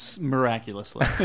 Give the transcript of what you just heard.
Miraculously